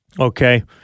Okay